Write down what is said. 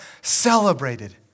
celebrated